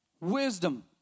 Wisdom